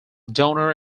donor